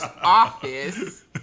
office